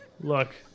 look